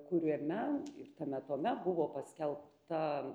kuriame ir tame tome buvo paskelbta